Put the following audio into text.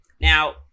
now